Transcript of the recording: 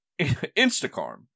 Instacarm